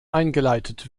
eingeleitet